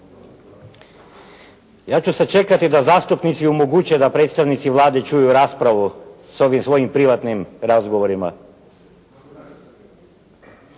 Ja ću sačekati da zastupnici omoguće da predstavnici Vlade čuju raspravu s ovim svojim privatnim razgovorima.